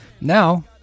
Now